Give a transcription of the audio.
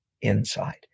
inside